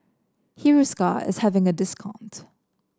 Hiruscar is having a discount